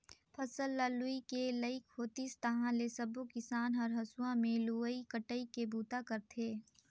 फसल ल लूए के लइक होतिस ताहाँले सबो किसान हर हंसुआ में लुवई कटई के बूता करथे